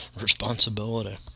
responsibility